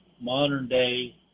modern-day